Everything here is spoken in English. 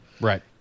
Right